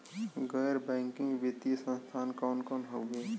गैर बैकिंग वित्तीय संस्थान कौन कौन हउवे?